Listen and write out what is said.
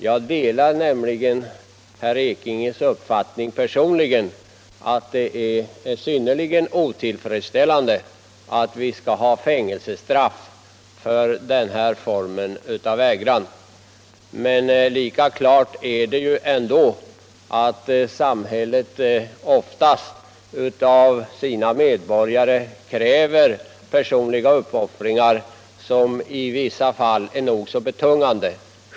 Jag delar nämligen personligen herr Ekinges uppfattning att det är synnerligen otillfredsställande att vi skall ha fängelsestraff för sådan här vägran att bära vapen. Klart är att samhället ofta av sina medborgare kräver personliga uppoffringar som i vissa fall är nog så betungande.